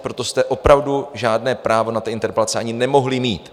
Proto jste opravdu žádné právo na ty interpelace ani nemohli mít.